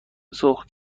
سرخ